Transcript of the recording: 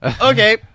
Okay